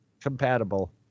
compatible